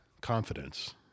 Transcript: confidence